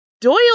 Doyle